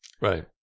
Right